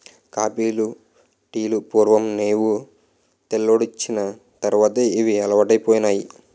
కాపీలు టీలు పూర్వం నేవు తెల్లోడొచ్చిన తర్వాతే ఇవి అలవాటైపోనాయి